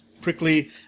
prickly